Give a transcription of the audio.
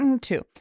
two